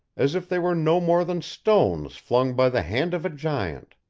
as if they were no more than stones flung by the hand of a giant